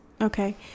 Okay